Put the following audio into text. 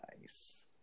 Nice